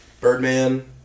Birdman